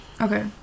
Okay